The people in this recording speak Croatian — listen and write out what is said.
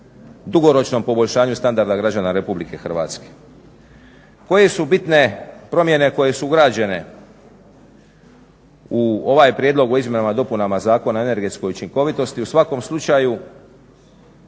dugoročnom poboljšanju, standarda građana RH. Koje su bitne promjene koje su ugrađene u ovaj prijedlog o izmjenama i dopunama Zakona o energetskoj učinkovitosti? U svakom slučaju